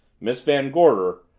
miss van gorder,